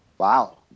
Wow